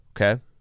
Okay